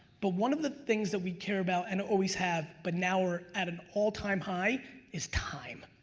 but one of the things that we care about and always have but now we're at an all-time high is time.